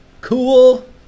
cool